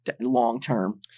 long-term